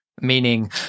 Meaning